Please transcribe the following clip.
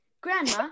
grandma